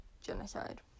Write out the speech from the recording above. genocide